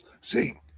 See